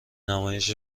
نمایش